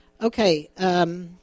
Okay